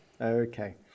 Okay